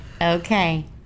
Okay